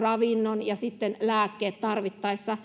ravinnon ja sitten lääkkeet tarvittaessa